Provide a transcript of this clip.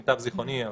למיטב זכרוני,